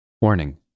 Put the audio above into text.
Warning